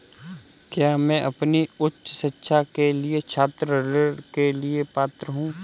क्या मैं अपनी उच्च शिक्षा के लिए छात्र ऋण के लिए पात्र हूँ?